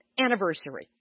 anniversary